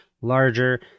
larger